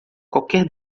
qualquer